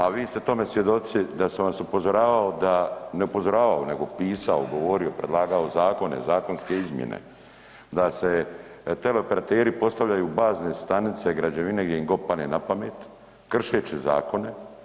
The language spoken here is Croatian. A vi ste tome svjedoci da sam upozoravao da, ne upozoravao nego pisao, govorio, predlagao zakone, zakonske izmjene da teleoperateri postavljaju bazne stanice građevine gdje god im padne na pamet kršeći zakone.